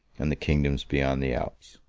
and the kingdoms beyond the alps.